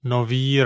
Nový